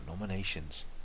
nominations